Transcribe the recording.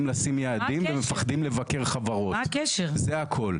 לשים יעדים ומפחדים לבקר חברות זה הכל.